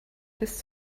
his